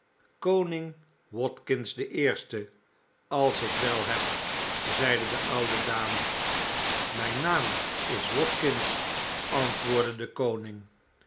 koning watkins de eerste als ik wel heb zeide de oude dame mijn naam is watkins antwoordde de koning